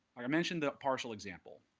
i mentioned that parcel example.